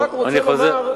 אני רק רוצה לומר,